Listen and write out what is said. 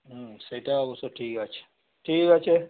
হুম সেটা অবশ্য ঠিক আছে ঠিক আছে